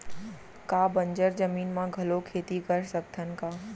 का बंजर जमीन म घलो खेती कर सकथन का?